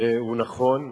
היא נכונה,